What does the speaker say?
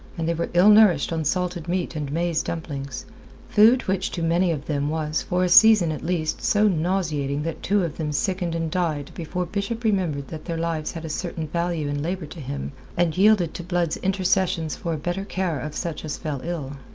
and they were ill-nourished on salted meat and maize dumplings food which to many of them was for a season at least so nauseating that two of them sickened and died before bishop remembered that their lives had a certain value in labour to him and yielded to blood's intercessions for a better care of such as fell ill.